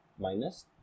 minus